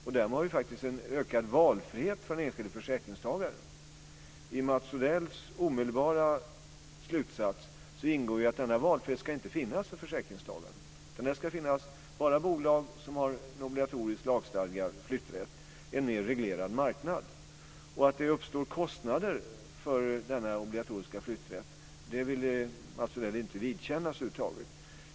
Det innebär faktiskt en ökad valfrihet för den enskilde försäkringstagaren. I Mats Odells omedelbara slutsats ingår att denna valfrihet inte ska finnas för försäkringstagarna. Den ska bara finnas i bolag som har en obligatorisk lagstadgad flytträtt, en mer reglerad marknad. Att det uppstår kostnader för denna obligatoriska flytträtt vill Mats Odell över huvud taget inte vidkännas.